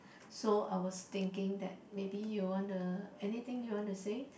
so I was thinking that maybe you want the anything you want to say